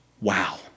wow